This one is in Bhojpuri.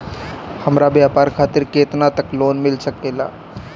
हमरा व्यापार खातिर केतना तक लोन मिल सकेला?